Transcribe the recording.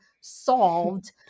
solved